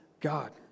God